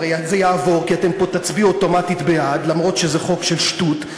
הרי זה יעבור כי אתם תצביעו אוטומטית בעד למרות שזה חוק של שטות,